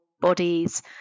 bodies